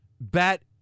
bet